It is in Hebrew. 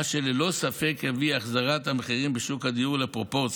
מה שללא ספק יביא החזרה של המחירים בשוק הדיור לפרופורציה.